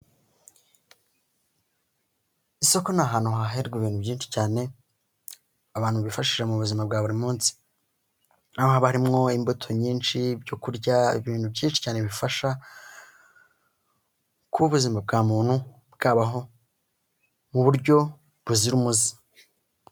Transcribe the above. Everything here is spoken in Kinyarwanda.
Isoko ni ahantu hahirwa ibintu byinshi cyane abantu bifashisha mu buzima bwa buri munsi, aho haba harimwo imbuto nyinshi ibyo kurya, ibintu byinshi cyane bifasha kuba ubuzima bwa muntu bwabaho mu buryo buzira umuze.